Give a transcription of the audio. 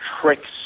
tricks